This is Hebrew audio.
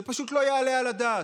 זה פשוט לא יעלה על הדעת.